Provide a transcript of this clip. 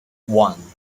one